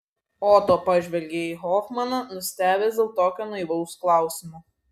oto pažvelgė į hofmaną nustebęs dėl tokio naivaus klausimo